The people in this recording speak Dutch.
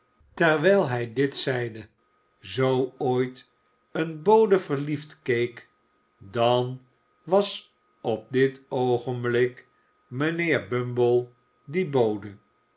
terwijl hij dit zeide zoo ooit een bode verliefd keek dan was op dit oogenblik mijnheer bumble die bode